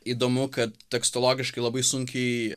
įdomu kad tekstologiškai labai sunkiai